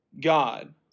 God